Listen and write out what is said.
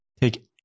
take